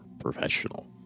professional